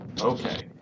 Okay